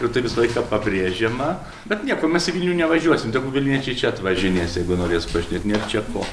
ir tai visą laiką pabrėžiama bet nieko mes į vilnių nevažiuosim tegu vilniečiai čia atvažinės jeigu norės pažiūrėt nėr čia ko